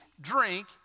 drink